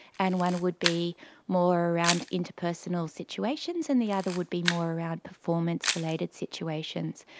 and one would be more around interpersonal situations and the other would be more around performance related situations.